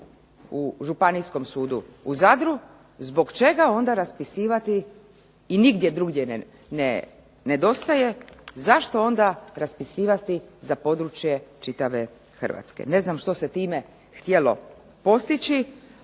u županijskom sudu u Zadru, zbog čega onda raspisivati i nigdje drugdje ne nedostaje, zašto onda raspisivati za područje čitave Hrvatske? Ne znam što se time htjelo postići.